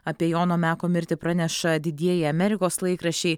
apie jono meko mirtį praneša didieji amerikos laikraščiai